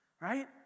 Right